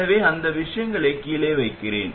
எனவே அந்த விஷயங்களையும் கீழே வைக்கிறேன்